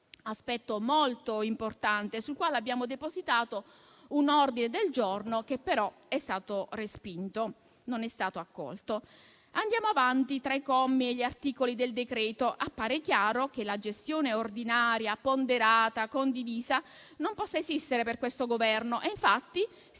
aspetto molto importante sul quale abbiamo depositato un ordine del giorno che però non è stato accolto. Andiamo avanti tra i commi e gli articoli del decreto-legge. Appare chiaro che la gestione ordinaria, ponderata e condivisa non possa esistere per questo Governo. Infatti, si gestiscono